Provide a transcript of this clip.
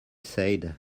said